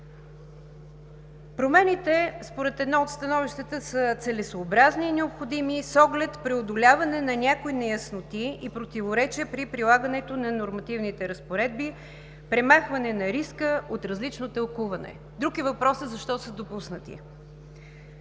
Промените, според едно от становищата, са целесъобразни и необходими, с оглед преодоляване на някои неясноти и противоречия при прилагането на нормативните разпоредби, премахване на риска от различно тълкуване. Друг е въпросът защо са допуснати.